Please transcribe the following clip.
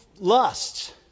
lusts